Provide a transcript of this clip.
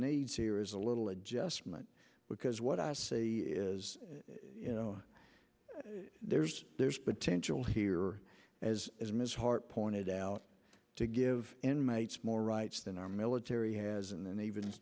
needs here is a little adjustment because what i say is you know there's there's potential here as as ms hart pointed out to give inmates more rights than our military has and even